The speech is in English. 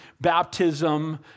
baptism